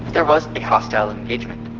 there was a hostile engagement.